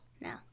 no